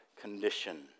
condition